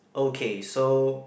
okay so